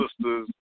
sisters